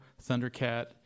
Thundercat